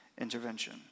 intervention